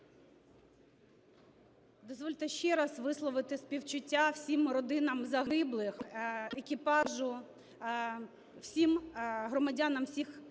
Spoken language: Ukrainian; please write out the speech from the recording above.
Дозвольте ще раз висловити співчуття всім родинам загиблих, екіпажу, всім громадянам всіх семи